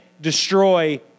destroy